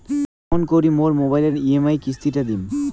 কেমন করি মোর মোবাইলের ই.এম.আই কিস্তি টা দিম?